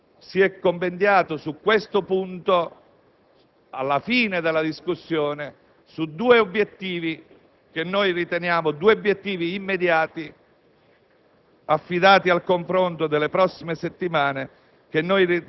Il confronto si è compendiato su questo punto, alla fine della discussione, su due obiettivi che riteniamo immediati,